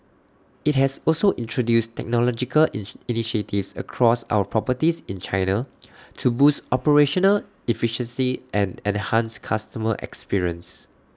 IT has also introduced technological initiatives across our properties in China to boost operational efficiency and enhance customer experience